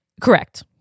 Correct